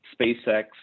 SpaceX